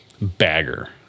bagger